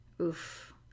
oof